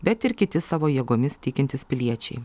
bet ir kiti savo jėgomis tikintys piliečiai